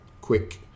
quick